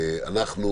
אנחנו